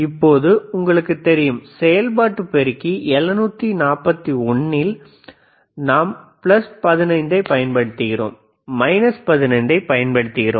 இப்போது உங்களுக்கு தெரியும் செயல்பாட்டு பெருக்கி 741 இல் நாம் பிளஸ் 15 ஐப் பயன்படுத்துகிறோம் மைனஸ் 15 ஐப் பயன்படுத்துகிறோம்